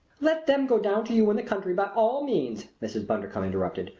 let them go down to you in the country by all means! mrs. bundercombe interrupted.